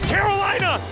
Carolina